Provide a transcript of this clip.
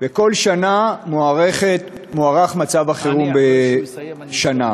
וכל שנה מוארך מצב החירום בשנה.